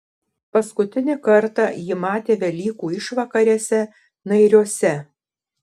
paskutinį kartą jį matė velykų išvakarėse nairiuose